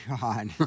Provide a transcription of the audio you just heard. god